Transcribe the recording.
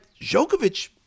Djokovic